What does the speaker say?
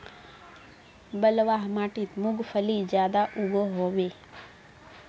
बलवाह माटित मूंगफली ज्यादा उगो होबे?